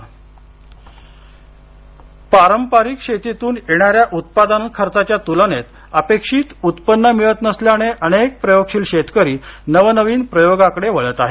आधुनिक शेतकरी पारंपरिक शेतीतून येणाऱ्या उत्पादन खर्चाच्या तुलनेत अपेक्षित उत्पन्न मिळत नसल्याने अनेक प्रयोगशील शेतकरी नवनविन प्रयोगाकड वळत आहेत